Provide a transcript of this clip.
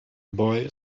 boy